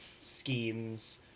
schemes